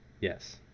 Yes